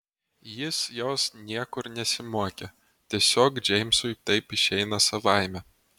jis jos niekur nesimokė tiesiog džeimsui taip išeina savaime